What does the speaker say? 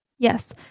Yes